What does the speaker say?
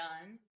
done